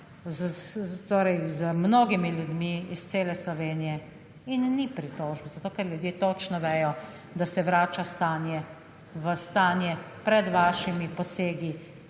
z mnogimi ljudmi iz cele Slovenije in ni pritožb, zato, ker ljudje točno vedo, da se vrača stanje v stanje pred vašimi posegi